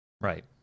right